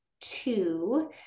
two